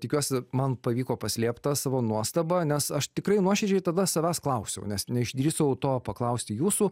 tikiuosi man pavyko paslėpt tą savo nuostabą nes aš tikrai nuoširdžiai tada savęs klausiau nes neišdrįsau to paklausti jūsų